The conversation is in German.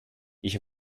ich